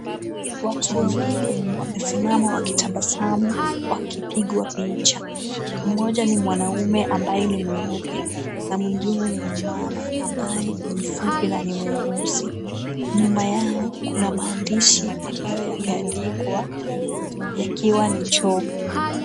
Watu wawili wamesimama wakitabasamu, wakipigwa picha. Mmoja ni mwanaume ambaye ni mweupe, na mwingine ni mmama ambaye ni mfupi na ni mweusi. Nyuma yao kuna maandishi ambayo yameandikwa, yakiwa ni choo.